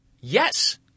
Yes